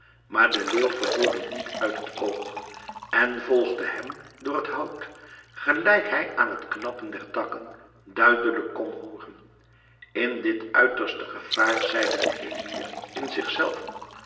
maar de leeuw verloor hem niet uit het oog en volgde hem door het hout gelijk hij aan het knappen der takken duidelijk kon hooren in dit uiterste gevaar zeide de emir in zich zelven